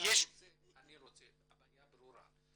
--- הבעיה ברורה.